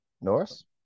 Norris